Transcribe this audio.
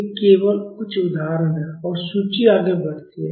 ये केवल कुछ उदाहरण हैं और सूची आगे बढ़ती है